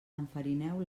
enfarineu